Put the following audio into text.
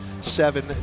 seven